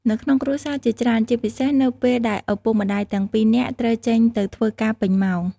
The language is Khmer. នៅក្នុងគ្រួសារជាច្រើន ជាពិសេសនៅពេលដែលឪពុកម្តាយទាំងពីរនាក់ត្រូវចេញទៅធ្វើការពេញម៉ោង។